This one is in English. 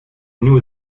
knew